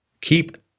keep